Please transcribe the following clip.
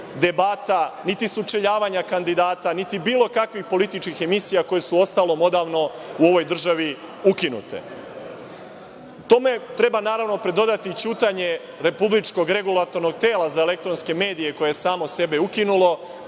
debata niti sučeljavanja kandidata niti bilo kakvih političkih emisija koje su, uostalom, odavno u ovoj državi ukinute. Tome treba, naravno, pridodati ćutanje Republičkog regulatornog tela za elektronske medije koje je samo sebe ukinulo